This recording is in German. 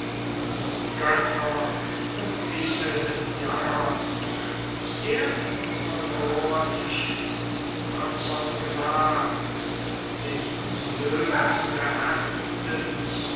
die götter zum ziele des jammers erst verlor ich den tapfern gemahl den löwenbeherzten